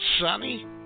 sunny